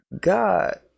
God